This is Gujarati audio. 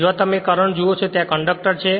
જ્યાં તમે કરંટ જુઓ છો ત્યાં આ કંડક્ટર છે